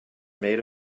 made